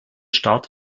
start